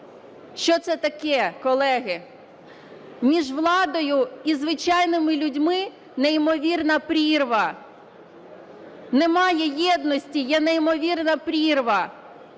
Що це таке, колеги? Між владою і звичайними людьми неймовірна прірва, немає єдності, є неймовірна прірва